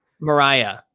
Mariah